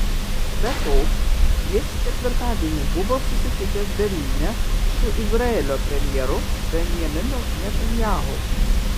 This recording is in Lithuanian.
be to jis ketvirtadienį buvo susitikęs berlyne su izraelio premjeru benjaminu netanyahu